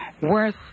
worth